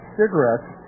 cigarettes